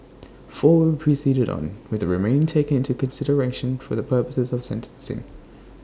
four were proceeded on with the remain taken into consideration for the purposes of sentencing